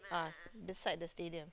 ah beside the stadium